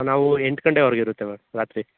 ನಾವು ಎಂಟು ಗಂಟೆವರೆಗು ಇರುತ್ತೆ ಮ್ಯಾಮ್ ರಾತ್ರಿ